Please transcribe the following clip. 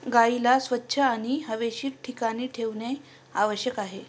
गाईला स्वच्छ आणि हवेशीर ठिकाणी ठेवणे आवश्यक आहे